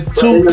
two